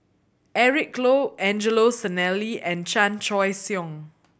Eric Low Angelo Sanelli and Chan Choy Siong